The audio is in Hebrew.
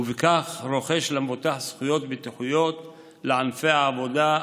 ובכך רוכש למבוטח זכויות ביטוחיות לענפי העבודה,